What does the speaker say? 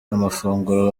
amafunguro